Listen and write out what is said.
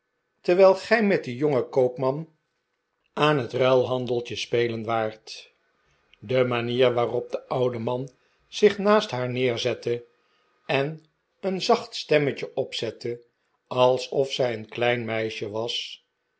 terwijl gij met dien jongen koopman aan het ruilhandeltje spelen waart de manier waarop de oude man zich naast haar neerzette en een zacht stemmetje opzette alsof zij een klein meisje was